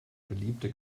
beliebte